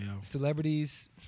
Celebrities